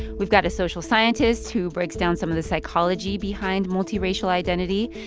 we've got a social scientist who breaks down some of the psychology behind multiracial identity,